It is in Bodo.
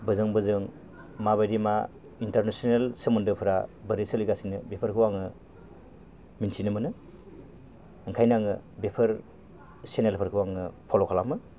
बोजों बोजों माबायदि मा इन्टारनेसनेल सोमोन्दोफ्रा बोरै सोलिगासिनो बेफोरखौ आङो मिन्थिनो मोनो ओंखायनो आङो बेफोर चेनेलफोरखौ आङो फल' खालामो